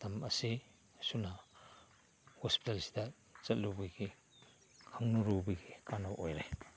ꯃꯇꯝ ꯑꯁꯤ ꯑꯁꯨꯝꯅ ꯍꯣꯁꯄꯤꯇꯜ ꯑꯁꯤꯗ ꯆꯠꯂꯨꯕꯒꯤ ꯈꯪꯅꯔꯨꯕꯒꯤ ꯀꯥꯟꯅꯕ ꯑꯣꯏꯔꯦ